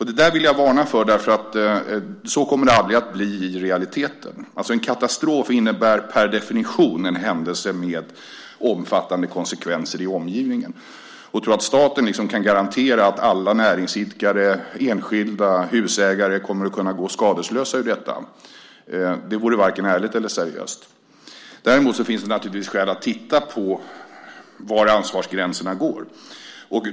Det där vill jag varna för därför att så kommer det aldrig att bli i realiteten. En katastrof innebär per definition en händelse med omfattande konsekvenser i omgivningen. Att tro att staten kan garantera att alla näringsidkare, enskilda och husägare kommer att kunna gå skadeslösa ur sådant här vore varken ärligt eller seriöst. Däremot finns det naturligtvis skäl att titta på var ansvarsgränserna går.